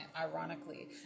ironically